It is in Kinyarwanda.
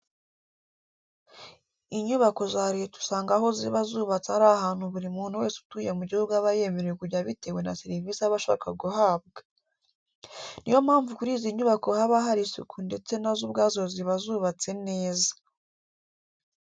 Inyubako za leta usanga aho ziba zubatse ari ahantu buri muntu wese utuye mu gihugu aba yemerewe kujya bitewe na serivise aba ashaka guhabwa. Ni yo mpamvu kuri izi nyubako haba hari isuku ndetse na zo ubwazo ziba zubatse neza.